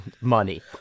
money